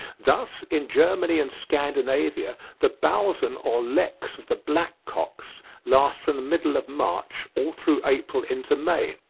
thus in germany and scandinavia the balzen or leks of the black-cocks last from the middle of march, all through april into may.